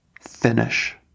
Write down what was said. finish